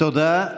תודה.